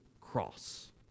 cross